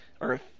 Earth